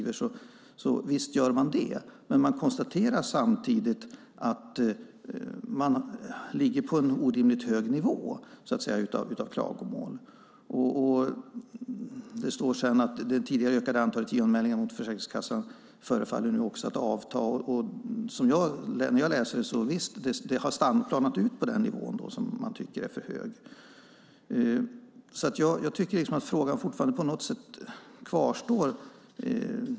Visst gör man det, men man konstaterar samtidigt att antalet klagomål ligger på en orimligt hög nivå. Det står vidare att det tidigare ökade antalet JO-anmälningar mot Försäkringskassan förefaller avta. Visst har det planat ut på den nivå som man tycker är för hög. Frågan kvarstår.